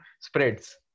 spreads